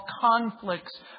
conflicts